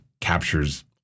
captures